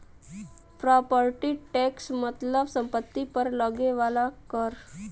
property tax मतलब सम्पति पर लगे वाला कर